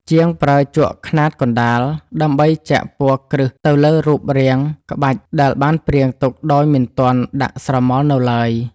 ជាងប្រើជក់ខ្នាតកណ្ដាលដើម្បីចាក់ពណ៌គ្រឹះទៅលើរូបរាងក្បាច់ដែលបានព្រាងទុកដោយមិនទាន់ដាក់ស្រមោលនៅឡើយ។